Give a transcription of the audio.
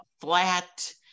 flat